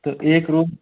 तो एक रूम